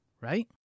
Right